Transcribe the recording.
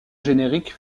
générique